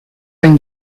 been